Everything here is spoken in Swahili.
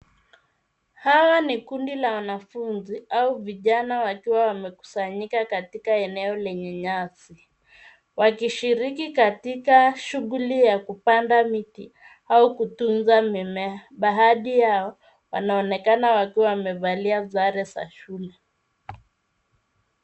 Hawa ni kundi la wanafunzi au vijana wakiwa wamekusanyika katika eneo lenye nyasi wakishiriki katika shughuli ya kupanda miti au kutunza mimea. Baadhi yao wanaonekana wakiwa wamevalia sare za shule.